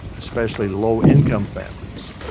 especially low income families,